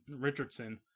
Richardson